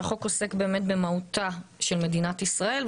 שהחוק עוסק באמת במהותה של מדינת ישראל.